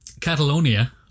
Catalonia